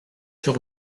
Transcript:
sur